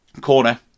corner